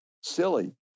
silly